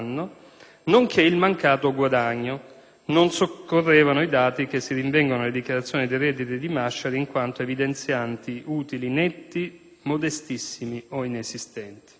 nonché il mancato guadagno (non soccorrevano i dati che si rinvengono nelle dichiarazioni dei redditi di Masciari in quanto evidenzianti utili netti modestissimi o inesistenti).